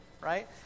right